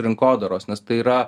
rinkodaros nes tai yra